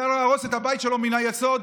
צריך להרוס את הבית שלו מן היסוד,